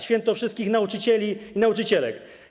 Święto wszystkich nauczycieli i nauczycielek.